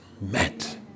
met